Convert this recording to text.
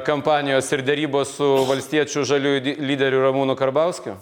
kampanijos ir derybos su valstiečių žaliųjų lyderiu ramūnu karbauskiu